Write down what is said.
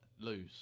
lose